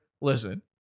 listen